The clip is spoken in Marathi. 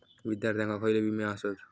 विद्यार्थ्यांका खयले विमे आसत?